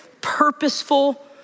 purposeful